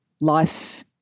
life